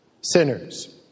sinners